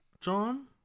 John